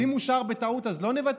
אז אם אושר בטעות, אז לא נבטל?